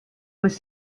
was